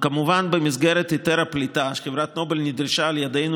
כמובן שבמסגרת היתר הפליטה חברת נובל נדרשה על ידינו